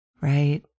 right